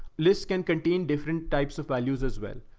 lists can contain different types of values as well.